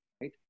right